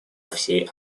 всей